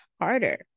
harder